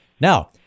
Now